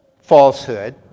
falsehood